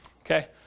Okay